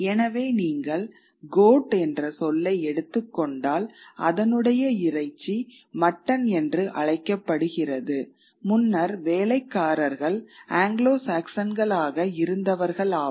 எனவே நீங்கள் கோட் என்ற சொல்லை எடுத்துக்கொண்டால் அதனுடைய இறைச்சி மட்டன் என்று அழைக்கப்படுகிறது முன்னர் வேலைக்காரர்கள் ஆங்கிலோ சாக்சன்களாக இருந்தவர்கள் ஆவர்